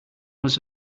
was